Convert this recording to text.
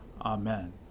Amen